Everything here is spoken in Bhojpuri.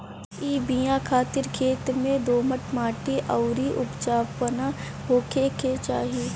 इ बिया खातिर खेत में दोमट माटी अउरी उपजाऊपना होखे के चाही